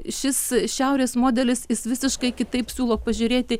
šis šiaurės modelis jis visiškai kitaip siūlo pažiūrėti